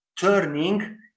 turning